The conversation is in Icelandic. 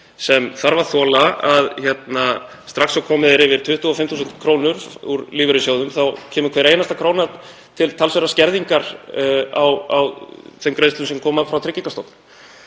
sem þarf að þola það að strax og komið er yfir 25.000 kr. úr lífeyrissjóðum kemur hver einasta króna til talsverðar skerðingar á greiðslum sem koma frá Tryggingastofnun.